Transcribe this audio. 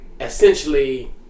essentially